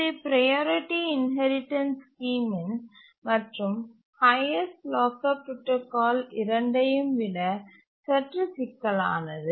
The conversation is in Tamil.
இது ப்ரையாரிட்டி இன்ஹெரிடன்ஸ் ஸ்கீமின் மற்றும் ஹைஎஸ்ட் லாக்கர் புரோடாகால் இரண்டையும் விட சற்று சிக்கலானது